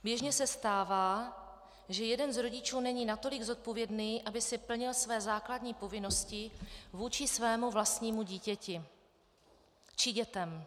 Běžně se stává, že jeden z rodičů není natolik zodpovědný, aby plnil své základní povinnosti vůči svému vlastnímu dítěti či dětem.